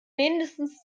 mindestens